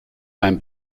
beim